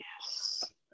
Yes